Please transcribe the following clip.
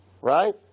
right